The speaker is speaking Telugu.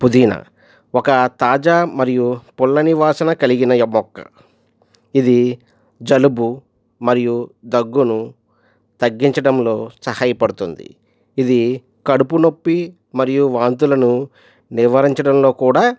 పుదీనా ఒక తాజా మరియు పుల్లని వాసన కలిగిన మొక్క ఇది జలుబు మరియు దగ్గును తగ్గించడంలో సహాయపడుతుంది ఇది కడుపునొప్పి మరియు వాంతులను నివారించడంలో కూడా